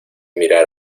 mirar